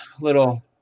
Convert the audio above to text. little